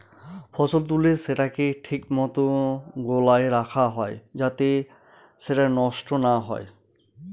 ফসল তুলে সেটাকে ঠিক মতো গোলায় রাখা হয় যাতে সেটা নষ্ট না হয়